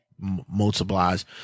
multiplies